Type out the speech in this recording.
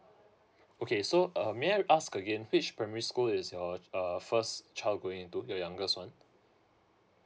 okay so uh may I ask again which primary school is your uh first child going to the youngest one